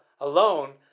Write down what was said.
alone